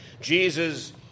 Jesus